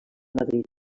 madrid